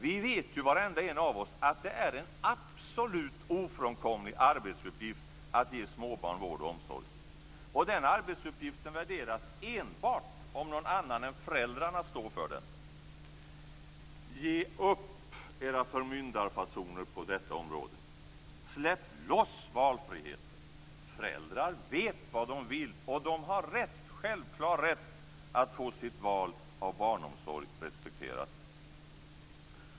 Vi vet, varenda en av oss, att det är en absolut ofrånkomlig arbetsuppgift att ge småbarn vård och omsorg, och den arbetsuppgiften värderas enbart om någon annan än föräldrarna står för den. Ge upp era förmyndarfasoner på detta område! Släpp loss valfriheten! Föräldrar vet vad de vill, och de har rätt, självklar rätt, att få sitt val av barnomsorg respekterat.